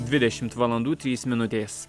dvidešimt valandų trys minutės